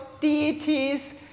deities